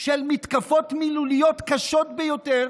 של מתקפות מילוליות קשות ביותר